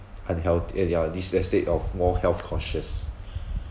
unhealthy ya this at state of more health conscious